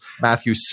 Matthew